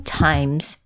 times